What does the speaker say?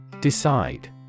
Decide